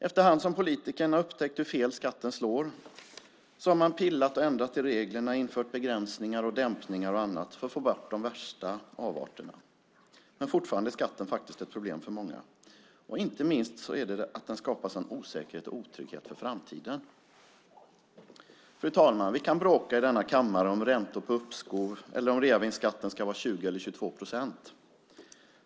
Efter hand som politikerna har upptäckt hur fel skatten slår har man pillat och ändrat i reglerna, infört begränsningar, dämpningar och annat för att få bort de värsta avarterna. Men fortfarande är skatten faktiskt ett problem för många. Inte minst skapar den en sådan osäkerhet och otrygghet för framtiden. Fru talman! Vi kan bråka i denna kammare om räntor och uppskov eller om reavinstskatten ska vara 20 eller 22 procent.